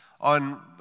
on